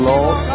Lord